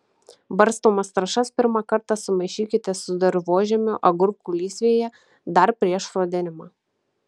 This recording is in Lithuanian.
barstomas trąšas pirmą kartą sumaišykite su dirvožemiu agurkų lysvėje dar prieš sodinimą